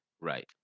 Right